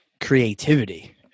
creativity